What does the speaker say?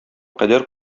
кадәр